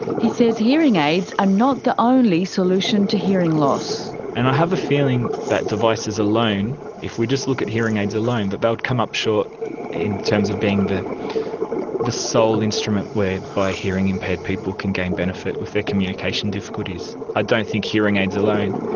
he says hearing aids are not the only solution to hearing loss. and i have a feeling that devices alone, if we just look at hearing aids alone, that they would come up short in terms of being the the sole instrument whereby hearing impaired people can gain benefit with their communication difficulties. i don't think hearing aids alone,